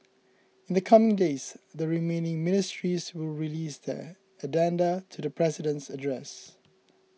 in the coming days the remaining ministries will release their addenda to the President's address